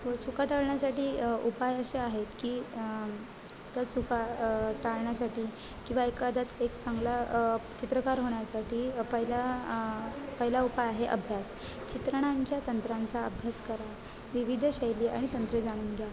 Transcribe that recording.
व चुका टाळण्यासाठी उपाय असे आहेत की त्या चुका टाळण्यासाठी किंवा एखाद्यात एक चांगला चित्रकार होण्यासाठी पहिल्या पहिला उपाय आहे अभ्यास चित्रणांच्या तंत्रांचा अभ्यास करा विविध शैली आणि तंत्रे जाणून घ्या